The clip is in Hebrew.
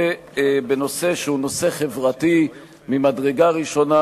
ובנושא שהוא נושא חברתי ממדרגה ראשונה,